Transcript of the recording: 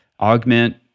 augment